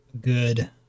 good